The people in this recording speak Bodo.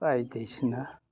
बायदिसिना